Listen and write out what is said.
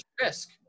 risk